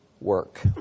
work